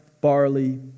barley